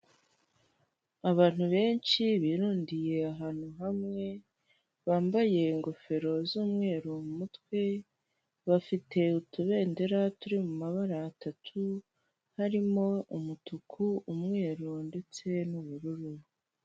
Abantu benshi birundiye ahantu hamwe, bambaye ingofero z'umweru mu mutwe, bafite utubendera turi mu mabara atatu, harimo umutuku, umwe, ndetse n'ubururu.